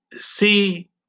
see